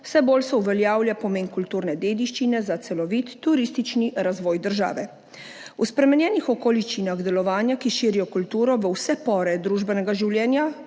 Vse bolj se uveljavlja pomen kulturne dediščine za celovit turistični razvoj države. V spremenjenih okoliščinah delovanja, ki širijo kulturo v vse pore družbenega življenja,